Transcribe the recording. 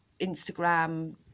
Instagram